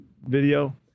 video